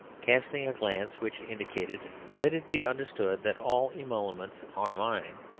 casting a glance which indicated let it be understood that all emoluments are mine,